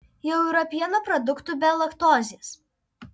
jau yra pieno produktų be laktozes